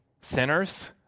sinners